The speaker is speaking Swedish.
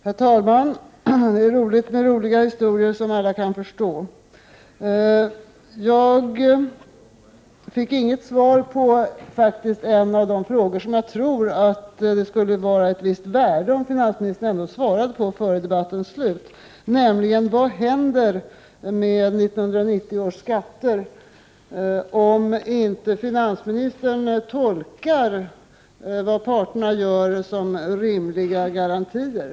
Herr talman! Det är roligt med roliga historier som alla kan förstå. Jag fick inget svar på en av de frågor som jag tror att det skulle vara av visst värde att finansministern svarade på före debattens slut, nämligen vad som händer med 1990 års skatter om finansministern inte tolkar vad parterna gör som rimliga garantier.